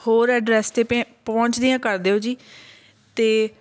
ਹੋਰ ਐਡਰੈਸ 'ਤੇ ਪੇ ਪਹੁੰਚਦੀਆਂ ਕਰ ਦਿਓ ਜੀ ਅਤੇ